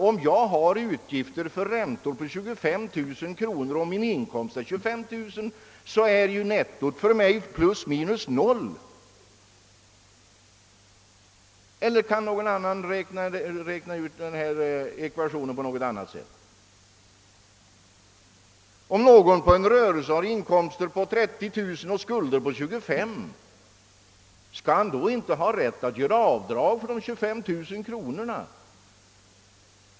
Om jag har utgifter på 25 000 kronor i räntor och min inkomst är 25000 kronor är nettot plus minus noll, eller kan någon räkna ut den ekvationen på något annat sätt? Om någon på en rörelse har inkomster på 30 000 kronor och skulder på 25 000 kronor, skall han då inte ha rätt att göra avdrag för de 25000 kronorna?